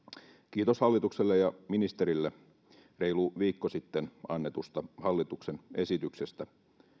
kiitos hallitukselle ja ministerille reilu viikko sitten annetusta hallituksen esityksestä